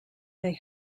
they